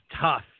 tough